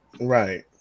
Right